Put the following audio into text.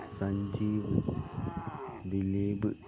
Sanjeev Dileep